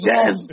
Yes